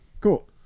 Cool